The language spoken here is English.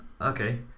Okay